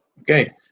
Okay